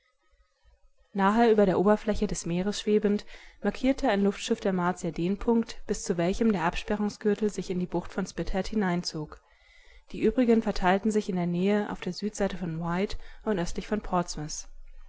über der oberfläche des meeres schwebend markierte ein luftschiff der martier den punkt bis zu welchem der absperrungsgürtel sich in die bucht von spithead hineinzog die übrigen verteilten sich in der nähe auf der südseite von wight und östlich von